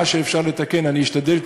מה שאפשר לתקן אני אשתדל,